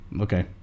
Okay